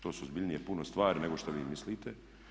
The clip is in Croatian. To su ozbiljnije puno stvari nego što vi mislite.